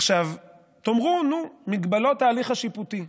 עכשיו, תאמרו: נו, מגבלות ההליך השיפוטי.